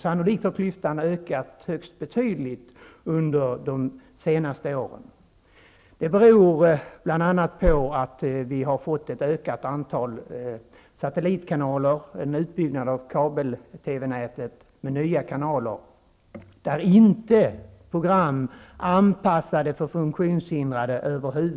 Sannolikt har den ökat högst betydligt under de senaste åren. Det beror bl.a. på att vi har fått ett ökat antal satellitkanaler och en utbyggnad av kabel-TV-nätet med nya kanaler som över huvud taget inte har program anpassade för funktionshindrade.